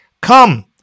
Come